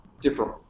different